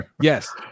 Yes